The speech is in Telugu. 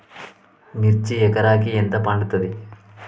మిర్చి ఎకరానికి ఎంత పండుతది?